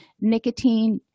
nicotine